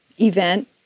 event